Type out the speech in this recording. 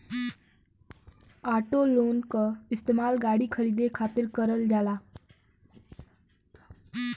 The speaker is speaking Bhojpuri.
ऑटो लोन क इस्तेमाल गाड़ी खरीदे खातिर करल जाला